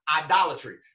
idolatry